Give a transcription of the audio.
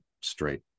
straight